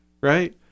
Right